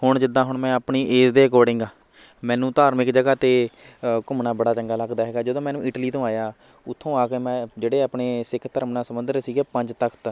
ਹੁਣ ਜਿੱਦਾਂ ਹੁਣ ਮੈਂ ਆਪਣੀ ਏਜ਼ ਦੇ ਅਕੋਡਿੰਗ ਮੈਨੂੰ ਧਾਰਮਿਕ ਜਗ੍ਹਾ 'ਤੇ ਘੁੰਮਣਾ ਬੜਾ ਚੰਗਾ ਲੱਗਦਾ ਹੈਗਾ ਜਦੋਂ ਮੈਨੂੰ ਇਟਲੀ ਤੋਂ ਆਇਆ ਉੱਥੋਂ ਆ ਕੇ ਮੈਂ ਜਿਹੜੇ ਆਪਣੇ ਸਿੱਖ ਧਰਮ ਨਾਲ ਸੰਬੰਧਿਤ ਸੀਗੇ ਪੰਜ ਤਖਤ